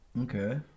Okay